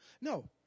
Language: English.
No